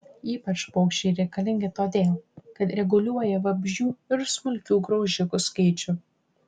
ypač paukščiai reikalingi todėl kad reguliuoja vabzdžių ir smulkių graužikų skaičių